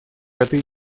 этой